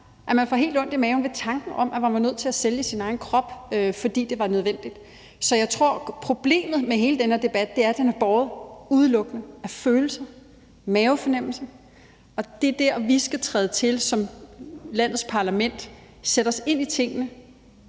at man får helt ondt i maven ved tanken om, at man var nødt til at sælge sin egen krop, fordi det var nødvendigt. Så jeg tror, at problemet med hele den her debat er, at den er båret udelukkende af følelser, mavefornemmelser, og det er dér, vi skal træde til som landets parlament, sætte os ind i tingene,